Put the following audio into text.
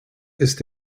ist